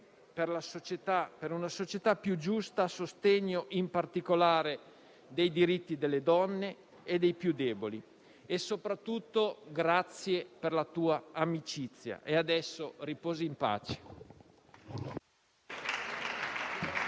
per una società più giusta a sostegno, in particolare, dei diritti delle donne e dei più deboli e, soprattutto, grazie per la tua amicizia. Riposa in pace.